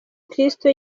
kristo